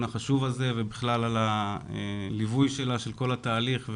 החשוב הזה ובכלל על הליווי שלה את כל התהליך,